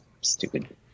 stupid